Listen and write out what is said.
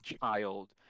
child